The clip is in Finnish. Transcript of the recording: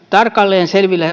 tarkalleen selvillä